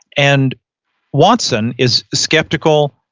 and watson is skeptical,